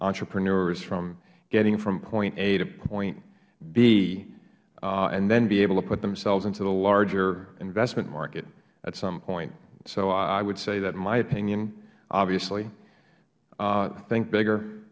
entrepreneurs from getting from point a to point b and then be able to put themselves into the larger investment market at some point so i would say that in my opinion obviously think bigger